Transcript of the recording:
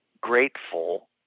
grateful